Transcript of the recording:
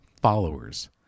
followers